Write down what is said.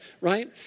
right